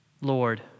Lord